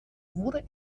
wurde